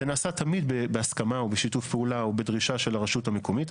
זה נעשה תמיד בהסכמה ובשיתוף פעולה או בדרישה של הרשות המקומית.